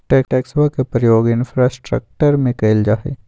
टैक्सवा के प्रयोग इंफ्रास्ट्रक्टर में कइल जाहई